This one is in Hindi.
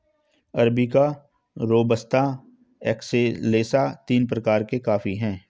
अरबिका रोबस्ता एक्सेलेसा तीन प्रकार के कॉफी हैं